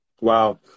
Wow